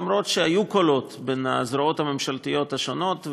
למרות קולות שהיו בין הזרועות הממשלתיות השונות,